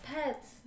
pets